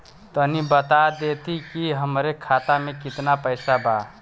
तनि बता देती की हमरे खाता में कितना पैसा बा?